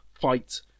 fight